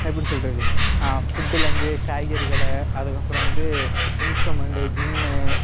எப்படி சொல்லுறது ஃபுட்டுலந்து காய்கறி கடை அதுக்கப்புறம் வந்து இன்ஸ்ட்ருமென்ட் ஜிம்மு